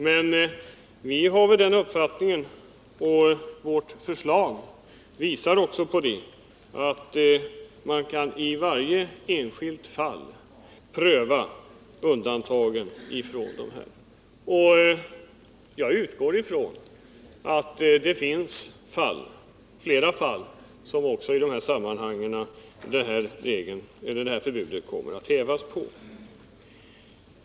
Men vi har väl den uppfattningen, och vårt förslag visar också på det, att man kan i varje enskilt fall pröva undantagen, och jag utgår från att det finns flera fall där förbudet i detta sammanhang kommer att hävas.